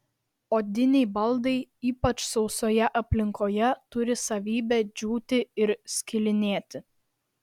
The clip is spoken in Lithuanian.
odiniai baldai ypač sausoje aplinkoje turi savybę džiūti ir skilinėti